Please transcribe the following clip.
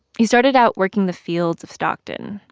he started out working the fields of stockton,